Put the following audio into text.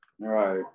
Right